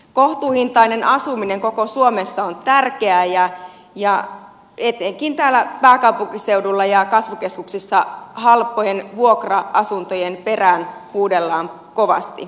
kohtuuhintainen asuminen koko suomessa on tärkeää ja etenkin täällä pääkaupunkiseudulla ja kasvukeskuksissa halpojen vuokra asuntojen perään huudellaan kovasti